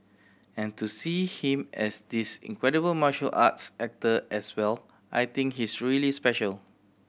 and to see him as this incredible martial arts actor as well I think he's really special